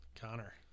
Connor